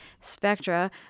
Spectra